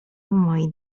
moi